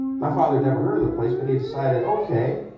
my father had never heard of the place, but he decided, okay,